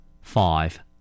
Five